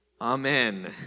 Amen